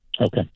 Okay